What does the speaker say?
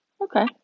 Okay